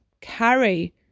carry